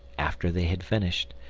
after they had finished,